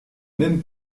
même